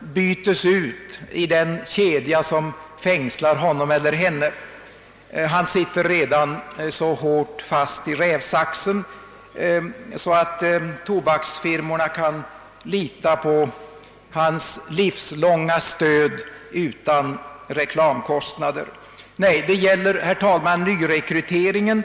bytes ut i den kedja som fängslar honom eller henne. Han sitter redan så hårt fast 1 rävsaxen, att tobaksfirmorna kan lita på hans livslånga stöd utan reklamkostnader. Nej här gäller det, herr talman, nyrekryteringen.